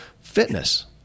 fitness